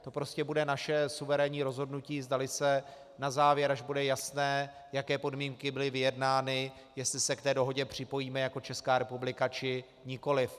To prostě bude naše suverénní rozhodnutí, zdali se na závěr, až bude jasné, jaké podmínky byly vyjednány, jestli se k té dohodě připojíme jako ČR, či nikoliv.